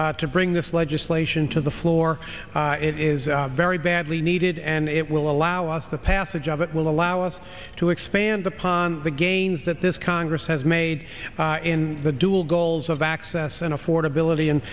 y to bring this legislation to the floor it is very badly needed and it will allow us the passage of it will allow us to expand upon the gains that this congress has made in the dual goals of access and affordability and